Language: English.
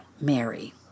Mary